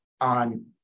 on